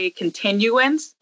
continuance